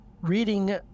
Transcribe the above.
reading